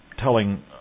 telling